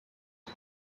the